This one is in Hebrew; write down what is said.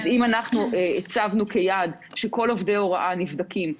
אז אם הצבנו כיעד שכל עובדי ההוראה נבדקים,